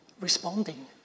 responding